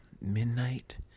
midnight